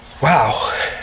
Wow